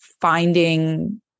finding